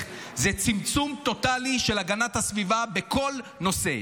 זה צמצום טוטלי של הגנת הסביבה בכל נושא.